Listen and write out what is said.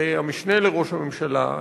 המשנה לראש הממשלה,